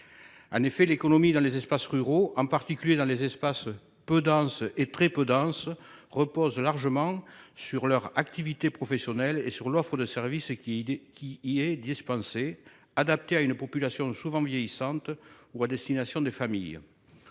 En effet, l'économie dans les espaces ruraux, en particulier dans les espaces peu denses et très peu denses, repose largement sur leur attractivité professionnelle et sur l'offre de services qui y est dispensée, adaptée à une population souvent vieillissante ou à destination des familles.